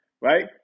Right